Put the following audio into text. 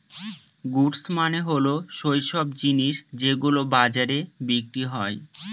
goods মানে হল সৈইসব জিনিস যেগুলো বাজারে বিক্রি হয়